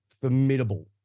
formidable